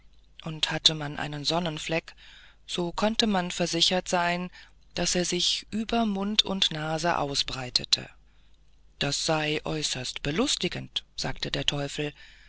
und hatte man einen sonnenfleck so konnte man versichert sein daß er sich über mund und nase ausbreitete das sei äußerst belustigend sagte der teufel